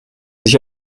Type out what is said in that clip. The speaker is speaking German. sich